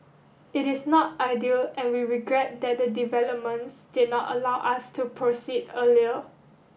it is not ideal and we regret that the developments did not allow us to proceed earlier